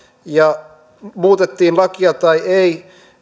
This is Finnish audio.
muutettiin lakia tai ei